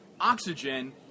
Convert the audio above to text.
oxygen